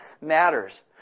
matters